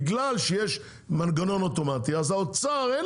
בגלל שיש מנגנון אוטומטי אז לאוצר אין